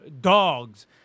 dogs